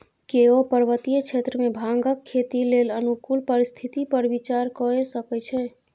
केओ पर्वतीय क्षेत्र मे भांगक खेती लेल अनुकूल परिस्थिति पर विचार कए सकै छै